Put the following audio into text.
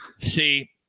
See